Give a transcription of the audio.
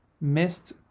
missed